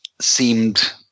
seemed